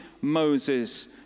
Moses